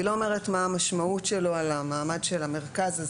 והיא לא אומרת מה המשמעות שלו על המעמד של המרכז הזה.